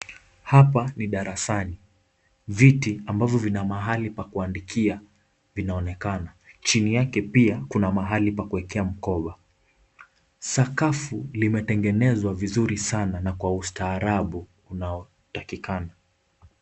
Hapa ni darasani ,viti ambavyo vina mahali pa kuandikia vinaonekana ,chini yake pia kuna mahali pa kuwekea mkoba ,sakafu limetengezwa vizuri sana na kwa ustaarabu unaotakikana.